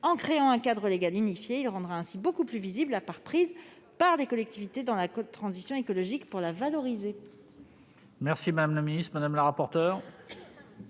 en créant un cadre légal unifié. Il rendra ainsi beaucoup plus visible la part prise par les collectivités dans la transition écologique pour la valoriser.